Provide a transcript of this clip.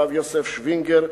הרב יוסף שווינגר,